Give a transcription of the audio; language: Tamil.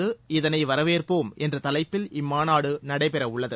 இதனை வரவேற்போம் என்ற தலைப்பில் இம்மாநாடு நடைபெறவுள்ளது